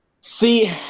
See